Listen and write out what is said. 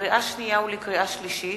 לקריאה שנייה ולקריאה שלישית: